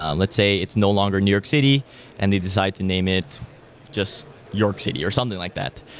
um let's say it's no longer new york city and they decided to name it just york city or something like that.